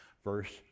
Verse